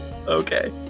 okay